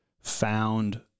found